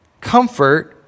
comfort